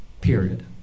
Period